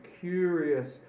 curious